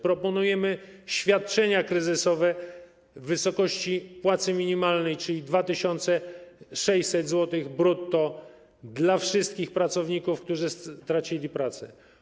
Proponujemy świadczenia kryzysowe w wysokości płacy minimalnej, czyli 2600 zł brutto, dla wszystkich pracowników, którzy stracili pracę.